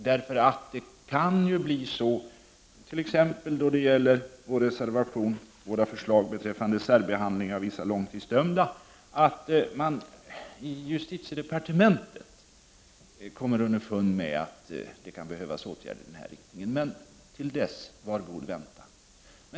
När det gäller t.ex. våra förslag beträffande särbehandling av vissa långtidsdömda kan det ju bli så, att man i justitiedepartementet kommer underfund med att det kan behövas åtgärder i den riktningen, men till dess: Var god vänta!